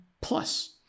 PLUS